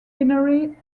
binary